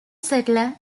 settler